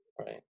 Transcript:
Right